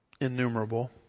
innumerable